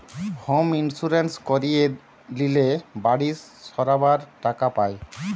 home insurance করিয়ে লিলে বাড়ি সারাবার টাকা পায়